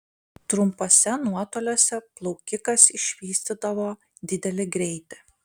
trumpuose nuotoliuose plaukikas išvystydavo didelį greitį